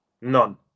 None